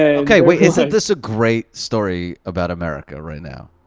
okay, wait, isn't this a great story about america right now?